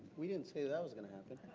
we didn't say that was going to happen.